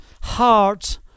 heart